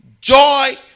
joy